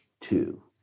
two